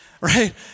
right